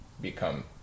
become